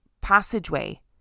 passageway